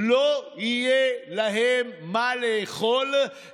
אני רוצה לשתף אתכם.